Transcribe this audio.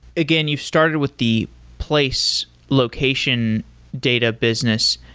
again, you started with the place location data business.